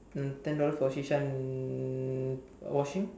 mm ten dollars for Shisha and washing